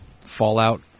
fallout